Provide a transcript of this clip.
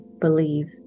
believe